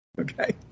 Okay